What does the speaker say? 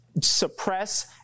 suppress